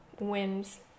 whims